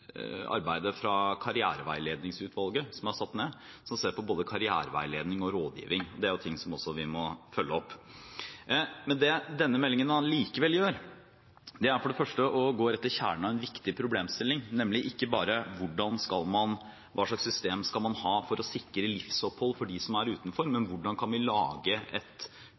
arbeidet fra Karriereveiledningsutvalget som er satt ned, som ser på både karriereveiledning og rådgivning, for det er ting vi også må følge opp. Men det denne meldingen allikevel gjør, er for det første å gå rett til kjernen av en viktig problemstilling, nemlig ikke bare hva slags system man skal ha for å sikre livsopphold for dem som er utenfor, men hvordan vi kan lage et